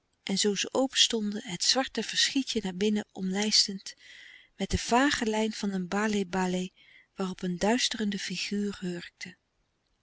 en zoo ze openstonden het zwarte verschietje naar binnen omlijstend met de vage lijn van een baleh-baleh waarop een duisterende figuur hurkte